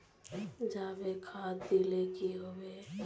जाबे खाद दिले की होबे?